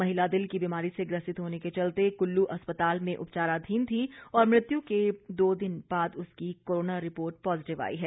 महिला दिल की बीमारी से ग्रसित होने के चलते कुल्लू अस्पताल में उपचाराधीन थी और मृत्यू के दो दिन बाद उसकी कोरोना रिपोर्ट पॉजिटिव आई है